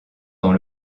dans